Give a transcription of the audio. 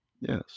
Yes